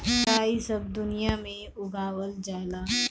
राई सब दुनिया में उगावल जाला